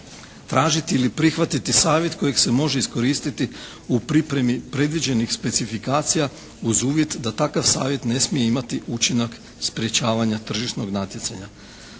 tražiti ili prihvatiti savjet kojeg se može iskoristiti u pripremi predviđenih specifikacija uz uvjet da takav savjet ne smije imati učinak sprječavanja tržišnog natjecanja.